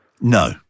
No